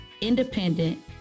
independent